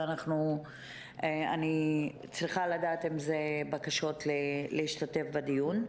ואני צריכה לדעת אם אלו בקשות להשתתף בדיון.